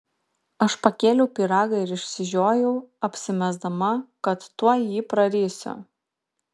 aš pakėliau pyragą ir išsižiojau apsimesdama kad tuoj jį prarysiu